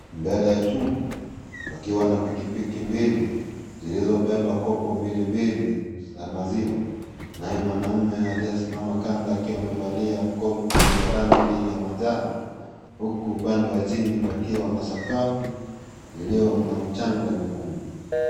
Mbele ya chuma paikiwa na pikipiki mbili zilizobeba kobo mbilimbili za maziwa naye mwanaume aliyesimama kando akiwa amevalia koti ya rangi ya manjano huku upande wa chini pakiwa na sakafu iliyo na mchanga mwekundu.